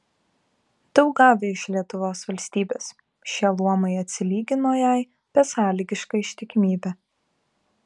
daug gavę iš lietuvos valstybės šie luomai atsilygino jai besąlygiška ištikimybe